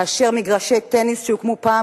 כאשר מגרשי טניס שהוקמו פעם,